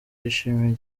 yishimiye